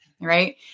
right